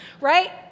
right